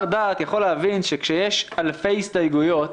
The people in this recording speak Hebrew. דעת יכול להבין שכשיש אלפי הסתייגויות,